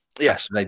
Yes